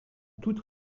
toutes